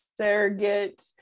surrogate